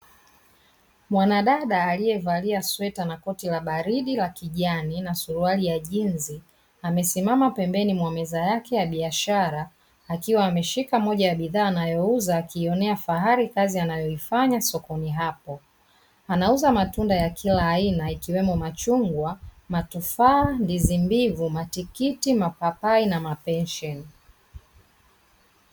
Mwanadada aliyevalia sweta na koti la baridi la kijani na suruali ya jinsi, amesimama pembeni mwa meza yake ya biashara akiwa ameshika moja ya bidhaa anayouza akiionyesha fahari kazi anayoifanya sokoni hapo, anauza matunda matunda ya kila aina yakiwemo machungwa, matufaa, ndizi mbivu, matikiti, mapapai na mapensheni.